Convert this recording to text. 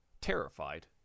terrified